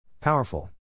Powerful